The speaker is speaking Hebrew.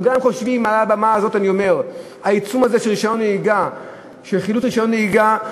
גם חושבים שהעיצום של חילוט רישיון נהיגה,